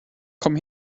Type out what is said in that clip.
komm